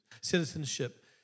citizenship